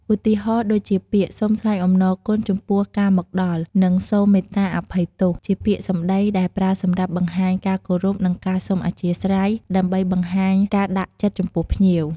ឧទាហរណ៍ ដូចជាពាក្យ "សូមថ្លែងអំណរគុណចំពោះការមកដល់" និង "សូមមេត្តាអភ័យទោស" ជាពាក្យសម្តីដែលប្រើសម្រាប់បង្ហាញការគោរព និងការសុំអធ្យាស្រ័យ ដើម្បីបង្ហាញការដាក់ចិត្តចំពោះភ្ញៀវ